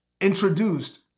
introduced